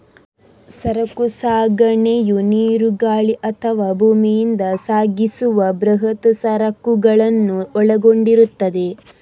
ಸರಕು ಸಾಗಣೆಯು ನೀರು, ಗಾಳಿ ಅಥವಾ ಭೂಮಿಯಿಂದ ಸಾಗಿಸುವ ಬೃಹತ್ ಸರಕುಗಳನ್ನು ಒಳಗೊಂಡಿರುತ್ತದೆ